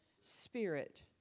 Spirit